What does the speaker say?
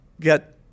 get